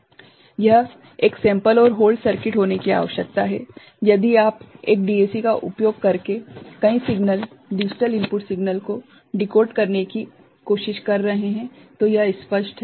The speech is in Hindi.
यह एक सेंपल और होल्ड सर्किट होने की आवश्यकता है यदि आप एक डीएसी का उपयोग करके कई सिग्नल डिजिटल इनपुट सिग्नल को डिकोड करने की कोशिश कर रहे हैं तो यह स्पष्ट है